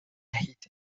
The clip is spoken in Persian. دهید